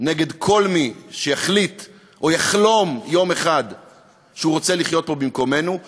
נגד כל מי שיחליט או יחלום יום אחד שהוא רוצה לחיות פה במקומנו,